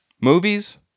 Movies